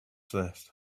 this